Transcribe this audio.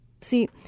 See